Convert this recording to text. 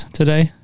today